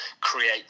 create